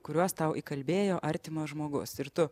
kuriuos tau įkalbėjo artimas žmogus ir tu